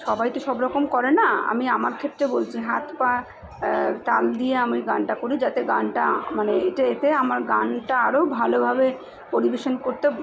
সবাই তো সব রকম করে না আমি আমার ক্ষেত্রে বলছি হাত পা তাল দিয়ে আমি গানটা করি যাতে গানটা মানে এতে আমার গানটা আরো ভালোভাবে পরিবেশন করতে